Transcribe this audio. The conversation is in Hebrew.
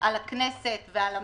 על הכנסת ועל הממשלה,